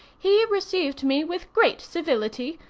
he received me with great civility,